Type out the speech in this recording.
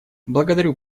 благодарю